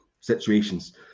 situations